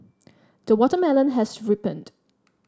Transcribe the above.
the watermelon has ripened